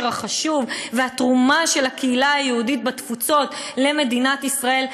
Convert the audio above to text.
החשוב והתרומה של הקהילה היהודית בתפוצות למדינת ישראל,